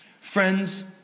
Friends